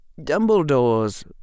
Dumbledore's